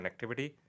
connectivity